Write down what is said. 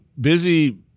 busy